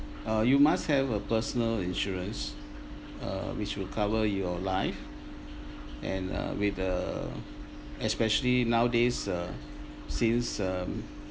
uh you must have a personal insurance uh which will cover your life and uh with uh especially nowadays uh sales um